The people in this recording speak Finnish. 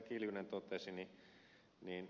siihen mitä ed